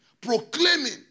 proclaiming